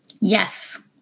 Yes